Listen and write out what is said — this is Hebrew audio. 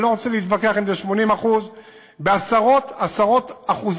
אני לא רוצה להתווכח אם זה 80% בעשרות-עשרות אחוזים.